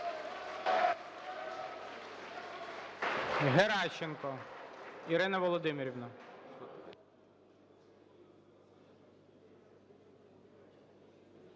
Геращенко Ірина Володимирівна.